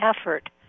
effort